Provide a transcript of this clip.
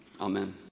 Amen